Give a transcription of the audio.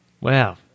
wow